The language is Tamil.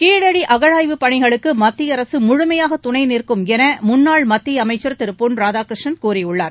கீழடி அகழாய்வுப் பணிகளுக்கு மத்திய அரசு முழுமையாக துணை நிற்கும் என முன்னாள் மத்திய அமைச்சர் திரு பொன் ராதாகிருஷ்ணன் கூறியுள்ளார்